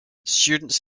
students